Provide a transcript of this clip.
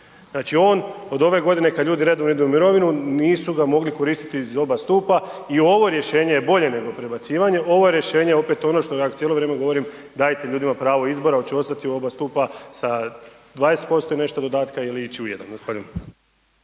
Znači on, od ove godine, kad ljudi idu redovno idu u mirovinu, nisu ga mogli koristiti iz oba stupa i ovo rješenje je bolje nego prebacivanje, ovo rješenje opet ono što ja cijelo vrijeme govorim, dajte ljudima pravo izbora, hoće li ostati u oba stupa sa 20% i nešto dodatka ili će ići u jedan.